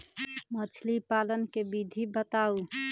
मछली पालन के विधि बताऊँ?